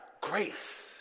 Grace